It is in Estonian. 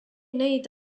neid